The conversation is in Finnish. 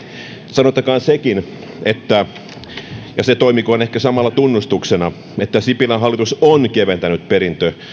sanottakoon sekin ja se toimikoon ehkä samalla tunnustuksena että sipilän hallitus on keventänyt perintö